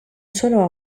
solo